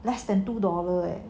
less than two dollars leh